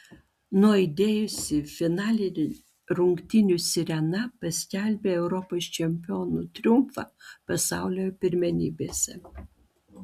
nuaidėjusi finalinė rungtynių sirena paskelbė europos čempionų triumfą pasaulio pirmenybėse